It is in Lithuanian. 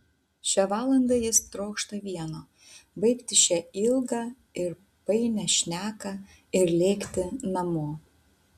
šią valandą jis trokšta vieno baigti šią ilgą ir painią šneką ir lėkti namo